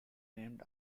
named